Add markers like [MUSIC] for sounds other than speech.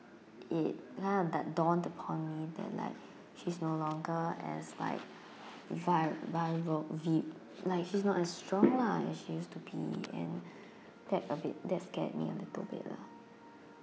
it kind of like dawned upon me that like she's no longer as like vi~ vira~ vi~ like she's not as strong lah as she used to be and [BREATH] that a bit that scared me a little bit lah